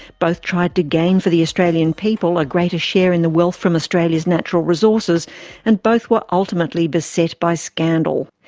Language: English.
both tried to gain for the australian people a greater share in the wealth from australia's natural resources and both were ultimately beset by scandal.